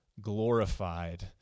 Glorified